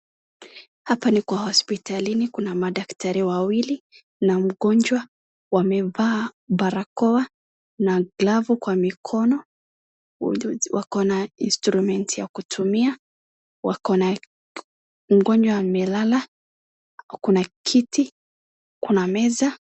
Hapa ni kwa hospitalini kuna madaktari wawili na mgonjwa wamevaa barakoa na glavu kwa mikono. Wakona instrument ya kutumia wakona mgonjwa amelala , kuna kiti kuna meza .